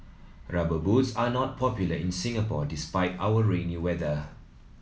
Rubber Boots are not popular in Singapore despite our rainy weather